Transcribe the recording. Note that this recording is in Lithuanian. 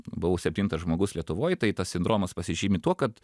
buvau septintas žmogus lietuvoj tai tas sindromas pasižymi tuo kad